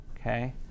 Okay